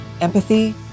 Empathy